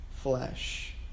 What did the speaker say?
flesh